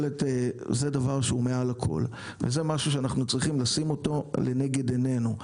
זה דבר שהוא מעל לכל וזה דבר שאנחנו צריכים לשים אותו לנגד עינינו.